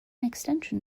extension